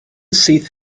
syth